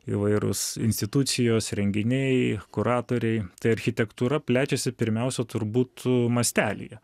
įvairūs institucijos renginiai kuratoriai tai architektūra plečiasi pirmiausia turbūt mastelyje